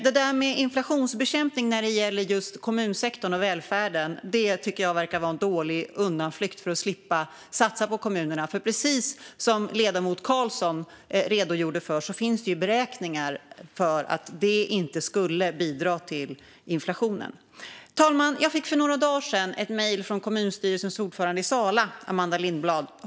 Det där om inflationsbekämpning när det gäller just kommunsektorn och välfärden låter som en dålig undanflykt för att slippa satsa på kommunerna, för precis som ledamoten Karlsson redogjorde för finns det beräkningar som visar att det inte skulle bidra till inflationen. Fru talman! För några dagar sedan fick jag ett mejl från kommunstyrelsens ordförande i Sala, Amanda Lindblad.